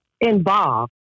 involved